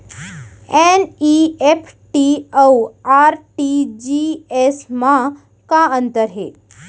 NEFT अऊ RTGS मा का अंतर हे?